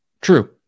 True